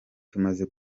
tumaze